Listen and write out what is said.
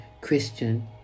Christian